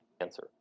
answer